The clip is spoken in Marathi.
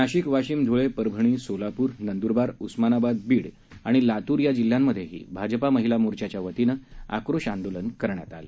नाशिक वाशिम धुळे परभणी सोलापूर नंदुरबार उस्मानाबाद बीड आणि लातूर या जिल्ह्यातही भाजपा महिला मोर्चाच्या वतीनं आक्रोश आंदोलन करण्यात आलं